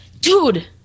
Dude